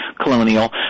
colonial